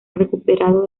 recuperado